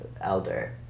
elder